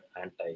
anti